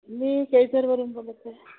मी केळजरवरून बोलत आहे